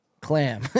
Clam